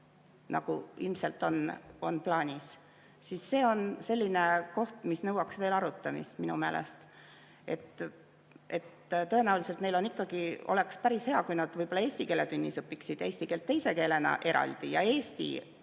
nagu ilmselt on plaanis? See on selline koht, mis nõuaks veel arutamist minu meelest. Tõenäoliselt ikkagi oleks päris hea, kui nad võib-olla eesti keele tunnis õpiksid eesti keelt teise keelena eraldi ja eesti